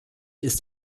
ist